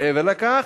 מעבר לכך,